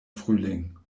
frühling